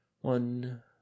One